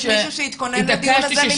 יש מישהו שהתכונן לדיון הזה במשרד הבריאות?